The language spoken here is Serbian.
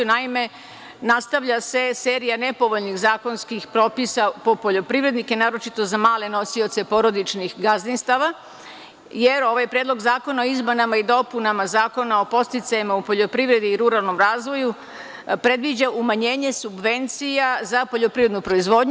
Naime, nastavlja se serija nepovoljnih zakonskih propisa po poljoprivrednike, naročito za male nosioce porodičnih gazdinstava, jer ovaj Predlog zakona o izmenama i dopunama Zakona o podsticajima u poljoprivredi i ruralnom razvoju predviđa umanjenje subvencija za poljoprivrednu proizvodnju.